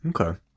Okay